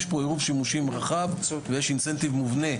יש פה עירוב שימושים רחב ויש אינסנטיב מובנה,